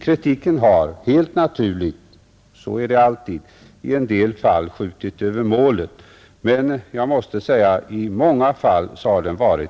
Kritiken har helt naturligt — så är det alltid — i en del fall skjutit över målet, men jag måste säga att den i många fall varit berättigad.